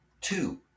Two